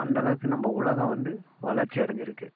அந்தளவுக்கு நம்ம உலகம் வந்து வளர்ச்சி அடஞ்சிருக்குது